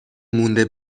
مونده